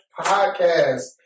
podcast